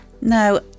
No